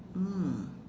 mm